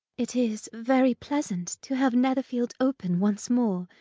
it is very pleasant to have netherfield open once more,